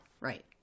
Right